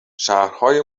شهرهای